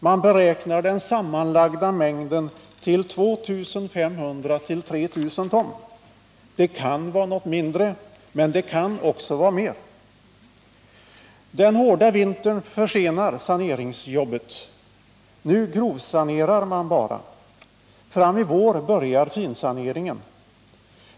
Man beräknar den sammanlagda mängden olja till 2 500-3 000 ton. Det kan vara något mindre, men det kan också vara mer. Den hårda vintern försenar saneringsjobbet. Nu grovsanerar man bara. Fram i vår börjar finsaneringen.